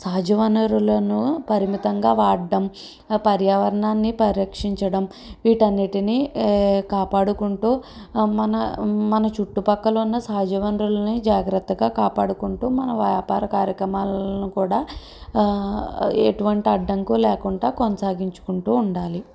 సహజవానరులను పరిమితంగా వాడడం పర్యావరణాన్ని పరిరక్షించడం వీటన్నిటిని కాపాడుకుంటూ మన మన చుట్టుపక్కల ఉన్న సహజ వనరులని జాగ్రత్తగా కాపాడుకుంటూ మన వ్యాపార కార్యక్రమాలను కూడా ఎటువంటి అడ్డంకి లేకుండా కొనసాగించుకుంటూ ఉండాలి